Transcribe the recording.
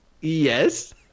Yes